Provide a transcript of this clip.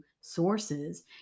sources